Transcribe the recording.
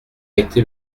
été